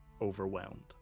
overwhelmed